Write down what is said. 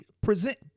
present